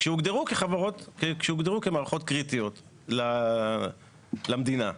כשהוגדרו כמערכות קריטיות למדינה.